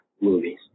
movies